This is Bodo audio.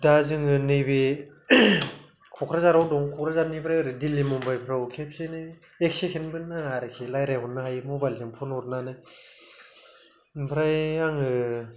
दा जोङो नैबे क'क्राझाराव दं क'क्राझारनिफ्राय ओरै दिल्ली मुम्बाइफ्राव केमसेनो एक सेकेन्डबो नाङा आरोखि रायज्लाय हरनो हायो मबाइलजों फन हारनानै ओमफ्राय आङो